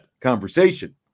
conversation